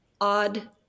odd